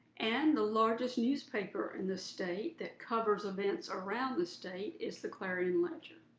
and the largest newspaper in the state that covers events around the state is the clarion-ledger.